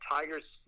Tigers